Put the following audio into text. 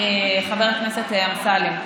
חבר הכנסת אמסלם.